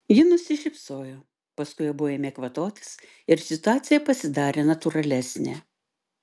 ji nusišypsojo paskui abu ėmė kvatotis ir situacija pasidarė natūralesnė